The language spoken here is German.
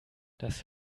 das